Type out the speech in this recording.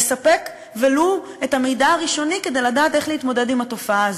לספק ולו את המידע הראשוני כדי לדעת איך להתמודד עם התופעה הזאת.